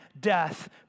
death